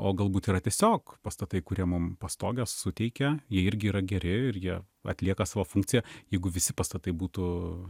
o galbūt yra tiesiog pastatai kurie mum pastogę suteikia jie irgi yra geri ir jie atlieka savo funkciją jeigu visi pastatai būtų